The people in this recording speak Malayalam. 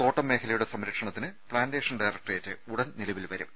തോട്ടം മേഖലയുടെ സംരക്ഷണത്തിന് പ്ലാന്റേഷൻ ഡയറക്ടറേറ്റ് ഉടൻ നിലവിൽ വരും